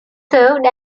served